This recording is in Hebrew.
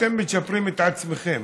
אתם מצ'פרים את עצמכם,